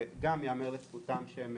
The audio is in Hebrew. וייאמר לזכותם שהם